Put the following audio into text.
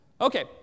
Okay